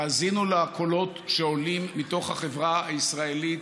תאזינו לקולות שעולים מתוך החברה הישראלית,